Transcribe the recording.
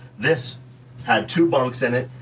this had two bunks in it,